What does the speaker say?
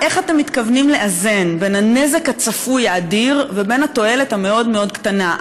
מתכוונים לאזן את הנזק הצפוי האדיר והתועלת המאוד-מאוד קטנה,